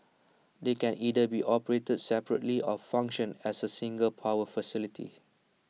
they can either be operated separately or function as A single power facility